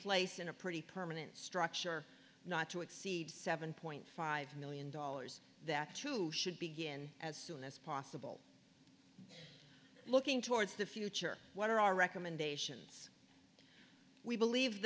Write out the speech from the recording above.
place in a pretty permanent structure not to exceed seven point five million dollars that two should begin as soon as possible looking towards the future what are our recommendations we believe